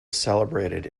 celebrated